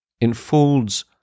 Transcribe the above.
enfolds